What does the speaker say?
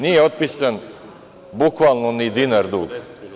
Nije otpisan bukvalno ni dinar duga.